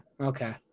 Okay